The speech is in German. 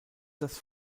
das